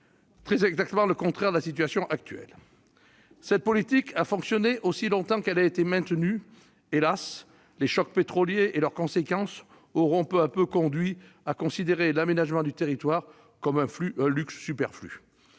Très exactement le contraire de la situation actuelle ! Cette politique a fonctionné aussi longtemps qu'elle a été maintenue. Hélas, les chocs pétroliers et leurs conséquences auront peu à peu conduit à considérer l'aménagement du territoire comme un luxe superflu.